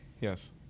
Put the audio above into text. Yes